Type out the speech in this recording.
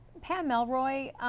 pam mel roy,